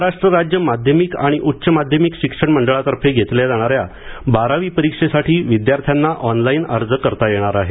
महाराष्ट्र राज्य माध्यमिक आणि उच्च माध्यमिक शिक्षण मंडळातर्फे घेतल्या जाणाऱ्या बारावीच्या परीक्षेसाठी विद्यार्थ्यांना ऑनलाइन अर्ज करता येणार आहे